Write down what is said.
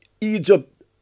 Egypt